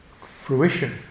fruition